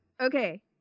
okay